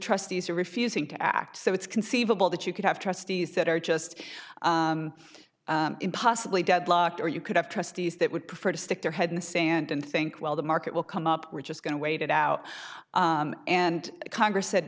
trustees are refusing to act so it's conceivable that you could have trustees that are just impossibly deadlocked or you could have trustees that would prefer to stick their head in the sand and think well the market will come up we're just going to wait it out and congress said